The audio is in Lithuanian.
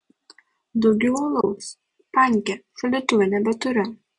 daugiau alaus panke šaldytuve nebeturiu